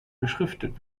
beschriftet